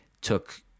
took